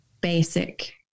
basic